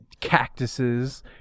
cactuses